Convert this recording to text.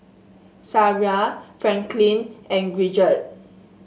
Sariah Franklyn and Gidget